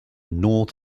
north